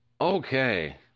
Okay